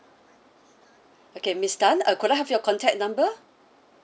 okay miss tan uh could I have your contact number